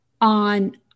on